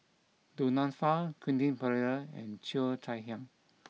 Du Nanfa Quentin Pereira and Cheo Chai Hiang